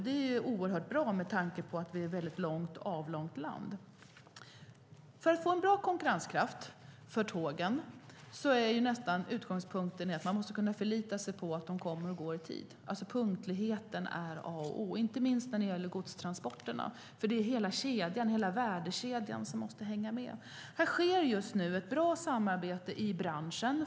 Det är oerhört bra med tanke på att vi är ett väldigt långt och avlångt land. För att få bra konkurrenskraft för tågen är utgångspunkten att man måste kunna förlita sig på att de kommer och går i tid. Punktligheten är A och O. Det gäller inte minst godstransporterna, för hela värdekedjan måste hänga ihop. Här sker just nu ett bra samarbete i branschen.